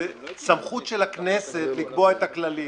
זו סמכות של הכנסת לקבוע את הכללים